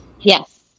Yes